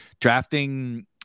drafting